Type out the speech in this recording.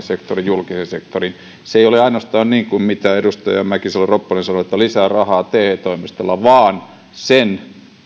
sektorin julkisen sektorin se ei ole ainoastaan niin kuin edustaja mäkisalo ropponen sanoi että lisää rahaa te toimistoille vaan sen